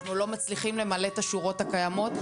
אנחנו לא מצליחים למלא את השורות הקיימות,